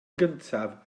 gyntaf